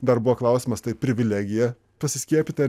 dar buvo klausimas tai privilegija pasiskiepyti ar